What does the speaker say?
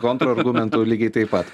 kontrargumentų lygiai taip pat